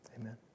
Amen